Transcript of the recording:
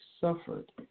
suffered